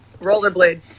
Rollerblade